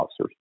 officers